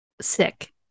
sick